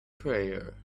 prayer